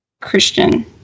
Christian